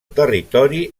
territori